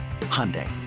Hyundai